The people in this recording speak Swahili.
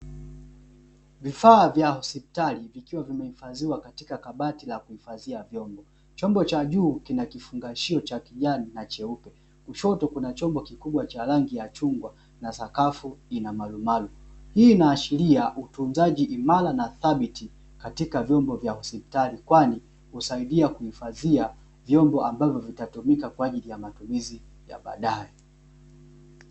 Vifaa vya hospitali vikiwa vimehifadhiwa katika kabati la kuhifadhia vyombo. Chombo cha juu kina kifungashio cha kijani na cheupe, kushoto kuna chombo kikubwa cha rangi ya chungwa na sakafu ina marumaru. Hii inaashiria utunzaji imara na thabiti katika vyombo vya hospitali kwani husaidia kuhifadhia vyombo ambavyo vitatumika kwa ajili ya matumizi ya baadae.